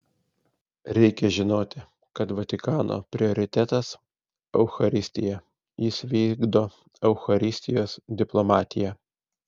reikia žinoti kad vatikano prioritetas eucharistija jis vykdo eucharistijos diplomatiją